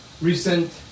recent